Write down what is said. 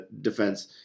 defense